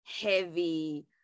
heavy